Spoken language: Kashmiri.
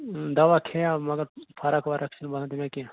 دوا کھیٚیاو مگر فرق وَرق چھِنہٕ باسان مےٚ کیٚنٛہہ